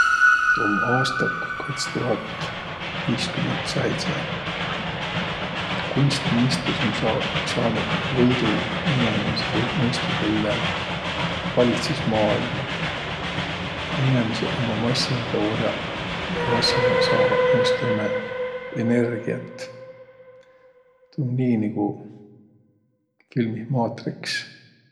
Um aastak kats tuhat viiskümmend säidse. Kunstmõistus um saa saanuq võidu inemiisi või- mõistusõ üle. Valitsõs maailma. Ja inemiseq ummaq massinidõ or'aq. Massinaq saavaq noist õnnõ energiät. Tuu um nii, nigu filmih Matrix.